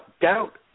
doubt